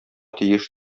тиеш